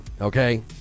okay